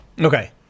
Okay